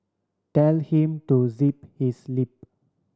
tell him to zip his lip